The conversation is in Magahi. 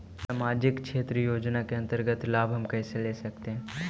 समाजिक क्षेत्र योजना के अंतर्गत लाभ हम कैसे ले सकतें हैं?